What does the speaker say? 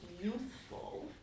youthful